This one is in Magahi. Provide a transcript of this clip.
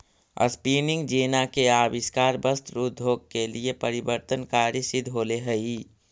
स्पीनिंग जेना के आविष्कार वस्त्र उद्योग के लिए परिवर्तनकारी सिद्ध होले हई